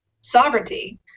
sovereignty